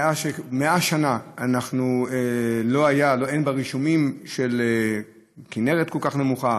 100 שנה אין ברישומים כינרת כל כך נמוכה,